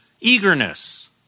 eagerness